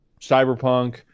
cyberpunk